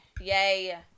Yay